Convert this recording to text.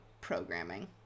programming